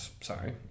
sorry